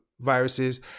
viruses